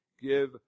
give